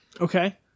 Okay